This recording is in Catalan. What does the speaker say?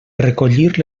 recollir